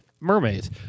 mermaids